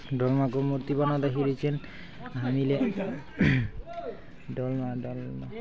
डोलमा मूर्ति बनाउँदाखेरि चाहिँ हामीले डोलमा डोलमा